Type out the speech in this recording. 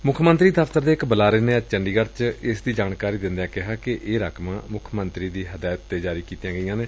ਮੁੱਖ ਮੰਤਰੀ ਦਫ਼ਤਰ ਦੇ ਇਕ ਬੁਲਾਰੇ ਨੇ ਅੱਜ ਚੰਡੀਗੜ ਚ ਇਸ ਦੀ ਜਾਣਕਾਰੀ ਦਿਦਿਆਂ ਕਿਹਾ ਕਿ ਇਹ ਰਕਮਾਂ ਮੁੱਖ ਮੰਤਰੀ ਦੀ ਹਦਾਇਤ ਤੇ ਜਾਰੀ ਕੀਤੀਆਂ ਗਈਆਂ ਨੇ